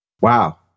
Wow